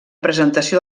presentació